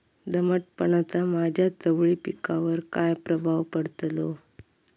दमटपणाचा माझ्या चवळी पिकावर काय प्रभाव पडतलो?